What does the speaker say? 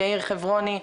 יאיר חברוני,